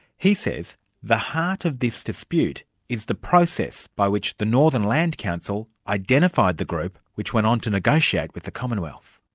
he says the heart of this dispute is the process by which the northern land council identified the group, which went on to negotiate with the commonwealth.